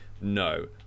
No